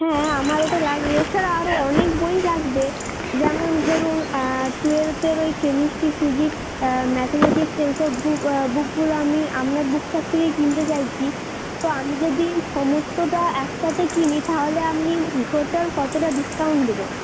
হ্যাঁ হ্যাঁ আমার ওটা লাগবে এছাড়া আরও অনেক বইই লাগবে যেমন ধরুন টুয়েলভের ওই কেমিস্ট্রি ফিজিক্স ম্যাথেমেটিক্স এইসব বুক বুকগুলো আমি আপনার বুক শপ থেকে কিনতে চাইছি তো আমি যদি সমস্তটা একসাথে কিনি তাহলে আপনি টোটাল কতটা ডিসকাউন্ট দেবেন